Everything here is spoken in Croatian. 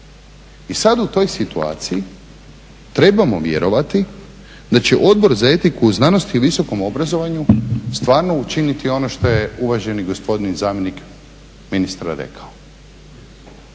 I sad u toj situaciji trebamo vjerovati da će Odbor za etiku znanosti i visokog obrazovanja stvarno učiniti ono što je uvaženi gospodin zamjenik ministra rekao.